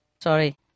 Sorry